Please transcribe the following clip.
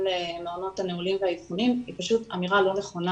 למעונות הנעולים והאבחוניים היא פשוט אמירה לא נכונה.